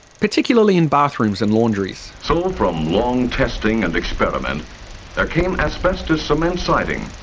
particularly in bathrooms and laundries. so from long testing and experiment there came asbestos cement siding.